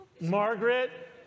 Margaret